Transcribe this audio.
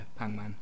Pangman